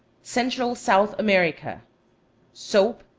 central south america soap,